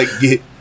get